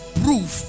proof